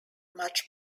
much